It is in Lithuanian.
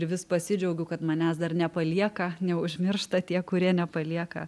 ir vis pasidžiaugiu kad manęs dar nepalieka neužmiršta tie kurie nepalieka